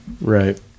Right